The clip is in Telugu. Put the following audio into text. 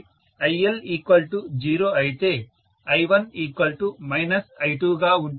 కాబట్టి IL0 అయితేI1 I2 గా ఉంటుంది